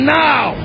now